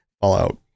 Fallout